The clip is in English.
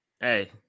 hey